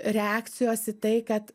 reakcijos į tai kad